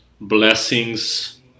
blessings